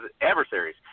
adversaries